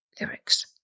lyrics